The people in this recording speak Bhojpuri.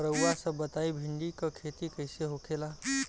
रउआ सभ बताई भिंडी क खेती कईसे होखेला?